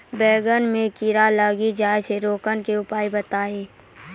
बैंगन मे कीड़ा लागि जैसे रोकने के उपाय बताइए?